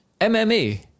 MMA